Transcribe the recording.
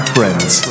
Friends